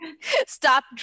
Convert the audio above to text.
stop